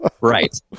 right